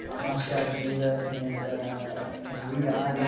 moscow, geneva, and and riyadh. you know